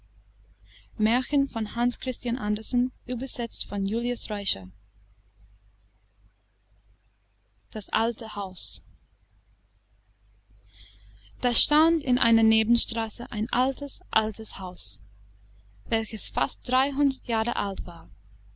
das alte haus da stand in einer nebenstraße ein altes altes haus welches fast dreihundert jahre alt war